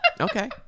Okay